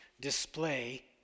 display